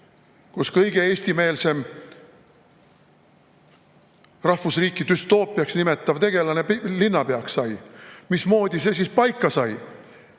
kus kõige eestimeelsem rahvusriiki düstoopiaks nimetav tegelane linnapeaks sai, paika sai?